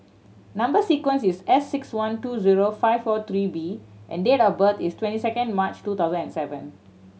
number sequence is S six one two zero five four three B and date of birth is twenty second March two thousand and seven